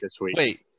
wait